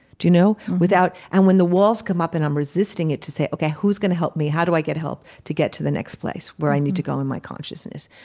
do you know? and when the walls come up and i'm resisting it to say, okay, who's gonna help me? how do i get help to get to the next place where i need to go in my consciousness?